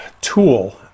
tool